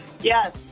Yes